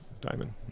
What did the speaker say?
diamond